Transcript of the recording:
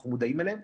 אנחנו מודעים אליהם,